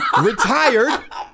retired